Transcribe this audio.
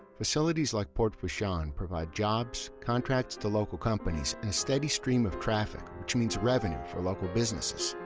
facilities like port fourchon so ah and provide jobs, contracts to local companies and a steady stream of traffic, which means revenue for local businesses.